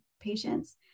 patients